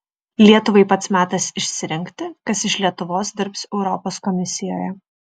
lietuvai pats metas išsirinkti kas iš lietuvos dirbs europos komisijoje